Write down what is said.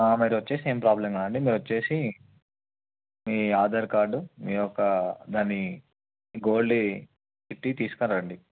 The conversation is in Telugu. మీరు వచ్చేయండి ఏమి ప్రాబ్లం లేదు మీరు వచ్చి మీ ఆధార్ కార్డు మీ యొక్క దాన్ని గోల్డ్ చీట్టీ తీసుకరండి